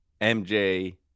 MJ